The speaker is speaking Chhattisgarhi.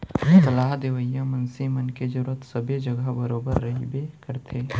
सलाह देवइया मनसे मन के जरुरत सबे जघा बरोबर रहिबे करथे